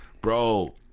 Bro